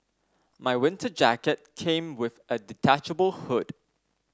my winter jacket came with a detachable hood